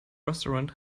restaurant